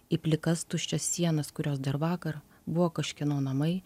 į plikas tuščias sienas kurios dar vakar buvo kažkieno namai